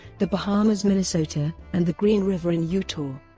the bahamas, minnesota, and the green river in utah.